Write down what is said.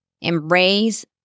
Embrace